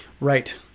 Right